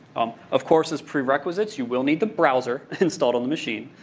of course, as prerequisites, you will need the browser installed on the machine.